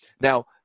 now